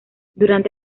durante